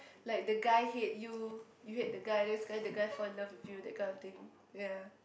like the guy hate you you hate the guy then sekali the guy fall in love with you that kind of thing ya